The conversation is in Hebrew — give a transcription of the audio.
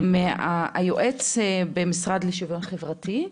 שהוא יועץ במשרד לשוויון חברתי.